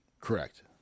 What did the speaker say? Correct